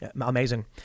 Amazing